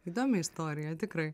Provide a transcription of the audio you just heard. įdomi istorija tikrai